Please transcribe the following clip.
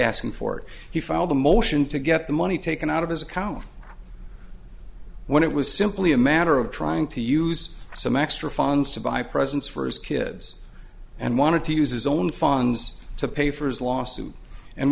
asking for it he filed a motion to get the money taken out of his account when it was simply a matter of trying to use some extra funds to buy presents for his kids and wanted to use his own funds to pay for his lawsuit and